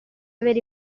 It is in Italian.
avere